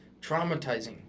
traumatizing